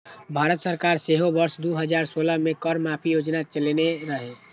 भारत सरकार सेहो वर्ष दू हजार सोलह मे कर माफी योजना चलेने रहै